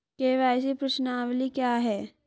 KYC प्रश्नावली क्या है?